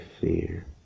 fear